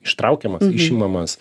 ištraukiamas išimamas